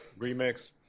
remix